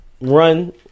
run